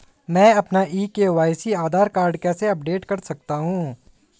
मैं अपना e KYC Aadhaar card कैसे अपडेट कर सकता हूँ?